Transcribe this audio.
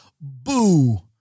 Boo